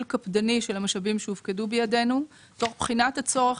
קפדני של המשאבים שהופקדו בידינו תוך בחינת הצורך